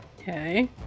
Okay